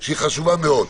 שהיא חשובה מאוד.